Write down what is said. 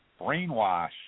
brainwash